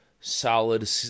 solid